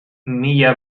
mila